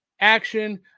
action